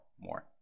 more